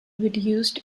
reduced